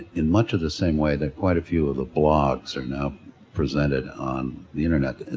in much of the same way that quite a few of the blogs are now presented on the internet.